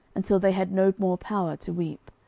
until they had no more power to weep.